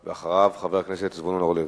אחריו, חבר הכנסת זבולון אורלב.